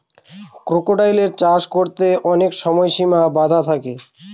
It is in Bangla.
ক্রোকোডাইলের চাষ করতে অনেক সময় সিমা বাধা থাকে